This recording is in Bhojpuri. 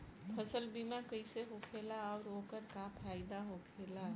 फसल बीमा कइसे होखेला आऊर ओकर का फाइदा होखेला?